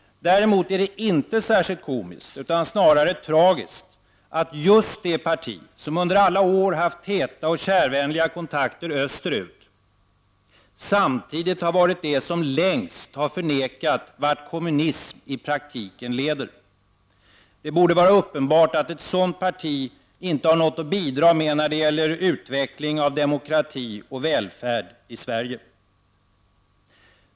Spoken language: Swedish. Däremot är det inte särskilt komiskt, utan snarare tragiskt, att just det parti, som under alla år har haft täta och kärvänliga kontakter österut, samtidigt har varit det som längst har förnekat vart kommunism i praktiken leder. Det borde vara uppenbart att ett sådant parti inte har något att bidra med när det gäller utveckling av demokrati och välfärd i Sverige.